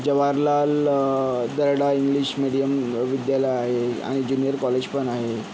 Jawaharlal Darda English medium विद्यालय आहे आणि ज्युनिअर कॉलेजपण आहे